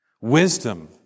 wisdom